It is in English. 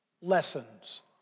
lessons